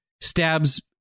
stabs